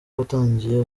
watangiye